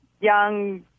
young